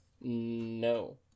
No